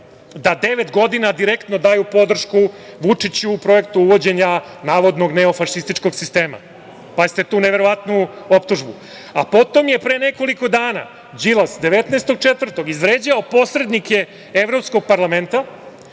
da devet godina direktno daju podršku Vučiću u projektu uvođenja navodnog neofašističkog sistema. Pazite tu neverovatnu optužbu. Potom je pre nekoliko dana, 19. 04. izvređao posrednike Evropskog parlamenta